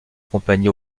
accompagnés